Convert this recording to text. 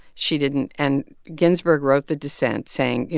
she didn't and ginsburg wrote the dissent saying, you